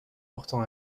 portant